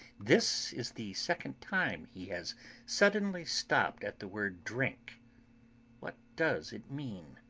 this is the second time he has suddenly stopped at the word drink what does it mean?